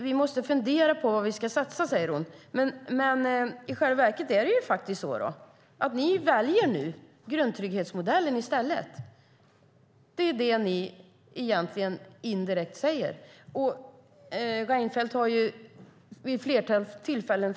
Vi måste fundera på vad vi ska satsa på, säger Hillevi Engström, men i själva verket är det faktiskt så att ni väljer grundtrygghetsmodellen i stället. Det är det ni indirekt säger. Reinfeldt har sagt det vid ett flertal tillfällen.